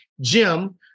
Jim